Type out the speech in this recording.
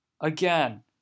Again